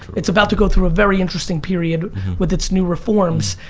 it's about to go through a very interesting period with its new reforms,